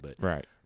Right